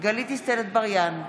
גלית דיסטל אטבריאן,